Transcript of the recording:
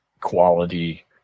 quality